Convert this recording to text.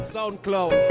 SoundCloud